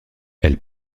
elles